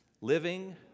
Living